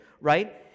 right